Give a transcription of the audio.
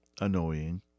annoying